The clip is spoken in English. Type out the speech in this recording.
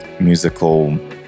musical